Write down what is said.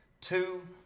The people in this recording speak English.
two